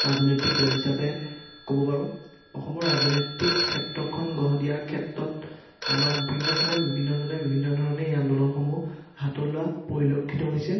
ৰাজনৈতিক দল হিচাপে ক'ব পাৰোঁ অসমৰ ৰাজনৈতিক ক্ষেত্ৰখন গঢ় দিয়াৰ ক্ষেত্ৰত আমাৰ বিভিন্ন সময়ত বিভিন্নজনে বিভিন্ন ধৰণে এই আন্দোলনসমূহ হাতত লোৱা পৰিলক্ষিত হৈছে